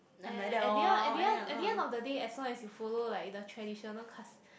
!aiya! at the at the at the end of the day as long as you follow like the traditional cus~